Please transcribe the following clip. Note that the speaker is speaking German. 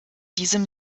diesem